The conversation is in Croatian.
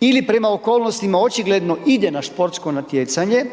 ili prema okolnostima očigledno ide na športsko natjecanje,